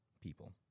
people